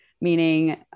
meaning